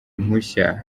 impushya